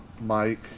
Mike